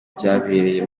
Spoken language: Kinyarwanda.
byabereye